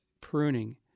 pruning